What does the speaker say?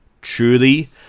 truly